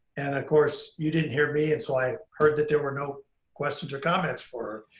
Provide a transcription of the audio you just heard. and of course, you didn't hear me. and so i heard that there were no questions or comments for